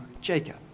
Jacob